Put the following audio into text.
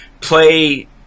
play